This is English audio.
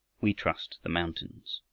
we trust the mountains.